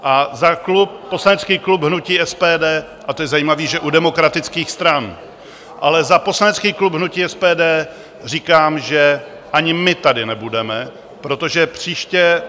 A za poslanecký klub hnutí SPD a to je zajímavé, že u demokratických stran ale za poslanecký klub hnutí SPD říkám, že ani my tady nebudeme, protože příště...